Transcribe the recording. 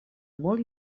molt